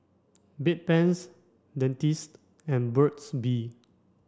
Bedpans Dentiste and Burt's bee